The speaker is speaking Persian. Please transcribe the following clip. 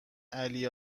علی